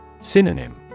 Synonym